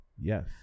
Yes